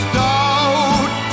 doubt